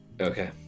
Okay